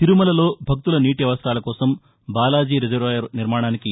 తిరుమలలో భక్తుల నీటి అవనరాల కోసం బాలాజీ రిజర్వాయర్ నిర్మాణానికి శ